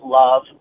love